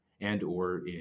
and/or